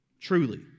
truly